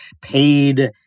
paid